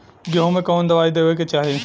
गेहूँ मे कवन दवाई देवे के चाही?